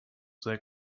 that